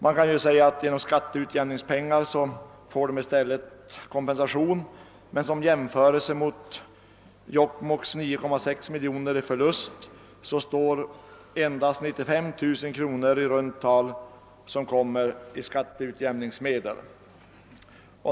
Man kan ju säga att de genom skatteutjämningspengar i stället får kompensation, men som jämförelse med Jokkmokks 9,6 miljoner i förlust står endast i runt tal 95 000 kronor i skatteutjämningsmedel.